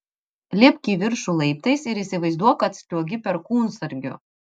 lipk į viršų laiptais ir įsivaizduok kad sliuogi perkūnsargiu